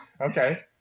Okay